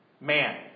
man